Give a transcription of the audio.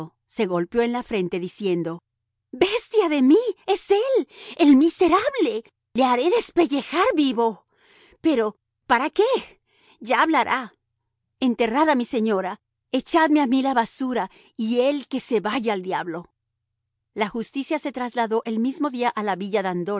se golpeó en la frente diciendo bestia de mí es él el miserable le haré despellejar vivo pero para qué ya hablará enterrad a mi señora echadme a mí a la basura y él que se vaya al diablo la justicia se trasladó el mismo día a la villa